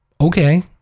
Okay